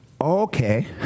okay